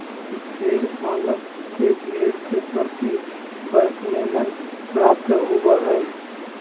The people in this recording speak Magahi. भेड़ पालक के भेड़ से प्रति वर्ष मेमना प्राप्त होबो हइ